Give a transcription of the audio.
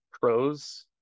pros